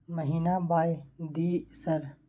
महीना बाय दिय सर?